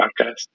podcast